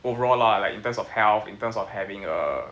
overall lah like in terms of health in terms of having a